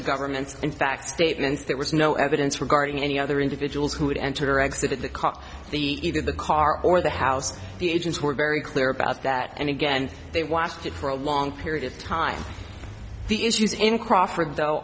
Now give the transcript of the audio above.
the government's in fact statements there was no evidence regarding any other individuals who would enter or exit at the cock the either the car or the house the agents were very clear about that and again they watched it for a long period of time the issues in crawford though